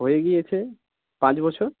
হয়ে গিয়েছে পাঁচ বছর